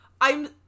I'm-